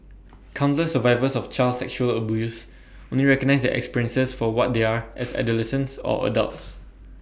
countless survivors of child sexual abuse only recognise their experiences for what they are as adolescents or adults